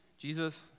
Jesus